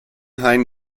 hein